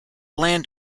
land